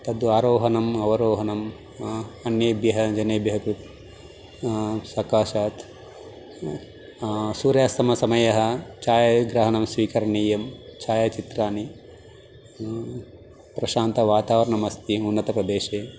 तद् आरोहणम् अवरोहणम् अन्येभ्यः जनेभ्यः कु सकाशात् सूर्यास्तमनसमये छायाग्रहणं स्वीकरणीयं छायाचित्राणि प्रशान्तवातावर्नमस्ति उन्नतप्रदेशे